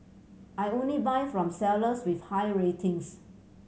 I only buy from sellers with high ratings